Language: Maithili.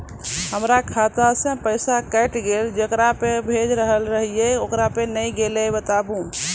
हमर खाता से पैसा कैट गेल जेकरा पे भेज रहल रहियै ओकरा पे नैय गेलै बताबू?